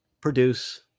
produce